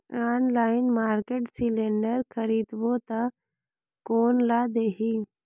Online market cylinder खरीदबो ता कोन ला देही?